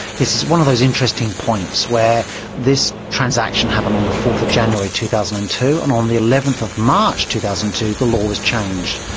yes, it's one of those interesting points where this transaction happened on the fourth of january two thousand and two, and on the eleventh of march two thousand and two the law was changed,